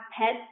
pets